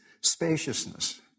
spaciousness